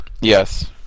Yes